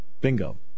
Bingo